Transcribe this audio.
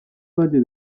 valle